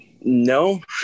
No